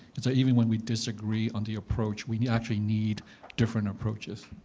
is that even when we disagree on the approach, we actually need different approaches.